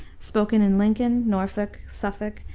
spoken in lincoln, norfolk, suffolk,